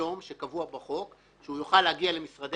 שקבועים בחוק שהוא יוכל להגיע למשרדי